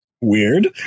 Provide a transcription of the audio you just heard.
weird